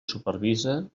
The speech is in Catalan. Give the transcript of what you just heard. supervisa